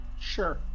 Sure